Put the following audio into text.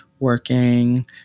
Working